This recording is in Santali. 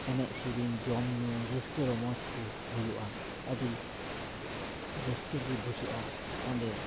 ᱮᱱᱮᱡ ᱥᱮᱨᱮᱧ ᱡᱚᱢᱼᱧᱩ ᱨᱟᱹᱥᱠᱟᱹ ᱡᱚᱢᱚᱡᱽ ᱠᱚ ᱦᱩᱭᱩᱜᱼᱟ ᱟᱹᱰᱤ ᱨᱟᱹᱥᱠᱟᱹ ᱜᱮ ᱵᱩᱡᱷᱟᱹᱜᱼᱟ ᱚᱸᱰᱮ